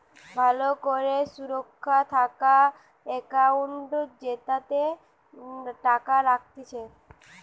ভালো করে সুরক্ষা থাকা একাউন্ট জেতাতে টাকা রাখতিছে